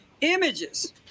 images